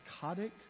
psychotic